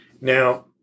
Now